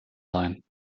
sein